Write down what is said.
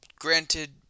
granted